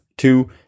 Two